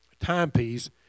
timepiece